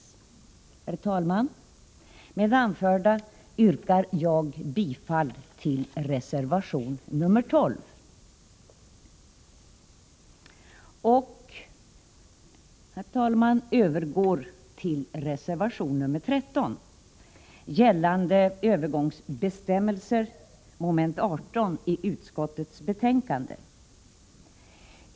Herr talman! Med det anförda yrkar jag bifall till reservation nr 12. Jag övergår nu till reservation nr 13, Övergångsbestämmelserna. Det är mom. 18 i utskottets hemställan.